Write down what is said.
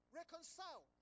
reconcile